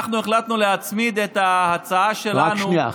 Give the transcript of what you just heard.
אנחנו החלטנו להצמיד את ההצעה שלנו, רק שנייה.